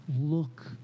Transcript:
Look